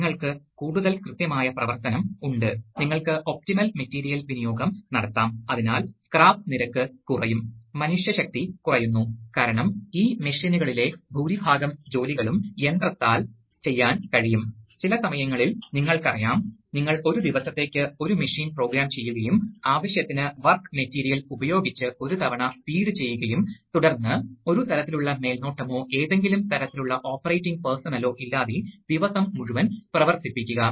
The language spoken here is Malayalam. ഇപ്പോൾ ഇത് വാൽവുകളെക്കുറിച്ചാണ് ഇപ്പോൾ ഈ വാൽവുകൾ പ്രവർത്തിപ്പിക്കാൻ കഴിയും കാരണം നമുക്ക് ആക്റ്റിവേറ്റഡ് വാൽവുകൾക്ക് വിവിധതരം യുക്തികൾ ഉണ്ടെന്ന് കണ്ടു മാത്രമല്ല ഒരു വശത്ത് ഒരു ഇലക്ട്രോമെക്കാനിക്കൽ ആക്യുവേറ്റർ ലോജിക് ഘടകങ്ങളുംആയി ഇന്റർഫേസ് ചെയ്യാൻ പോകുന്നു വാൽവ് ഏത് അവസ്ഥയിലേക്കാണ് നീങ്ങേണ്ടതെന്ന് ഇവ തീരുമാനിക്കുന്നു